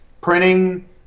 printing